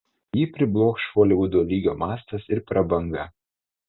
jį priblokš holivudo lygio mastas ir prabanga